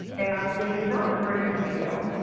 and they developed the braden scale